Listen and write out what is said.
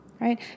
right